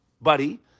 Buddy